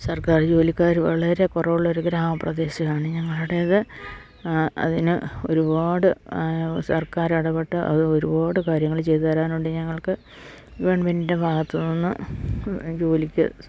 സർക്കാർ ജോലിക്കാര് വളരെ കുറവുള്ളൊരു ഗ്രാമപ്രദേശമാണ് ഞങ്ങളുടേത് അതിന് ഒരുപാട് സർക്കാരിടപ്പെട്ട് അത് ഒരുപാട് കാര്യങ്ങള് ചെയ്ത് തരാനുണ്ട് ഞങ്ങൾക്ക് ഗവൺമെൻറ്റിൻ്റെ ഭാഗത്ത് നിന്ന് ജോലിക്ക്